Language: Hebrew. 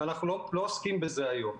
ואנחנו לא עוסקים בזה היום.